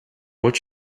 what